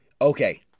Okay